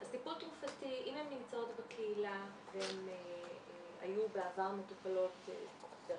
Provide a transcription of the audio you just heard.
טיפול תרופתי אם הן נמצאות בקהילה והן היו בעבר מטופלות דרך